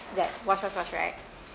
like wash off first right